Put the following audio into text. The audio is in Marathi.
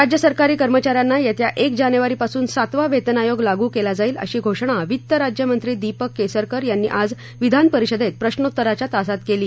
राज्य सरकारी कर्मचाऱ्यांना येत्या एक जानेवारीपासून सातवा वेतन आयोग लागू केला जाईल अशी घोषणा वित्तराज्यमंत्री दीपक केसरकर यांनी आज विधानपरिषदेत प्रश्रोत्तराच्या तासात केली